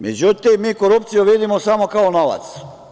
Međutim, mi korupciju vidimo samo kao novac.